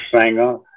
singer